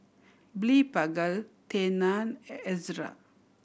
Blephagel Tena Ezerra